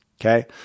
Okay